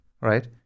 Right